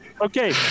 Okay